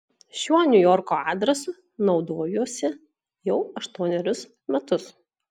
šiuo niujorko adresu naudojuosi jau aštuonerius metus